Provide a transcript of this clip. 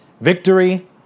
victory